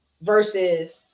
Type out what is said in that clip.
Versus